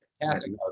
fantastic